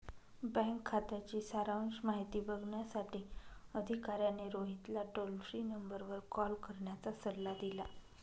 bank खात्याची सारांश माहिती बघण्यासाठी अधिकाऱ्याने रोहितला टोल फ्री नंबरवर कॉल करण्याचा सल्ला दिला